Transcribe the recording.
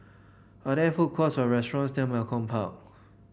are there food courts or restaurants tear Malcolm Park